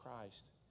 Christ